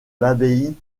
l’abbaye